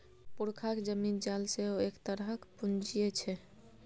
पुरखाक जमीन जाल सेहो एक तरहक पूंजीये छै